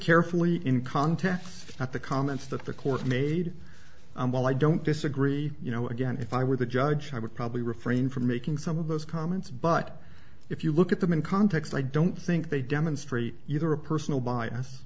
carefully in context at the comments that the court made and while i don't disagree you know again if i were the judge i would probably refrain from making some of those comments but if you look at them in context i don't think they demonstrate either a personal bias